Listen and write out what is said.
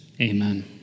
Amen